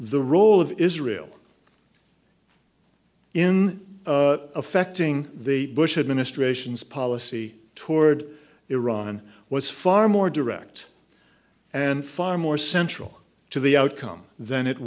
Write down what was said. the role of israel in affecting the bush administration's policy toward iran was far more direct and far more central to the outcome than it